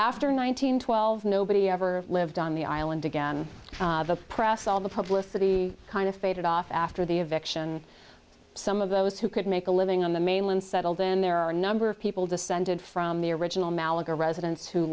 after nine hundred twelve nobody ever lived on the island again the press all the publicity kind of faded off after the event some of those who could make a living on the mainland settled then there are a number of people descended from the original malaga residen